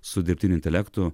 su dirbtiniu intelektu